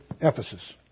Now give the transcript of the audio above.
Ephesus